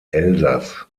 elsass